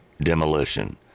demolition